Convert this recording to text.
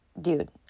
dude